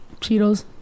cheetos